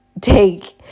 take